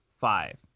five